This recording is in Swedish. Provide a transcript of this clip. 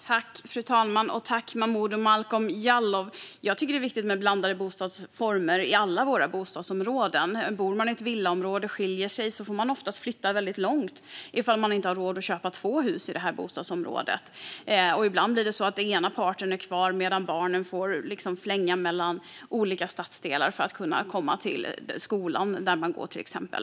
Fru talman! Tack, Momodou Malcolm Jallow! Jag tycker att det är viktigt med blandade boendeformer i alla våra bostadsområden. Bor man i ett villaområde och skiljer sig får man oftast flytta långt ifall man inte har råd att köpa två hus i det bostadsområdet. Ibland blir den ena parten kvar, medan barnen får flänga mellan olika stadsdelar för att till exempel kunna komma till skolan.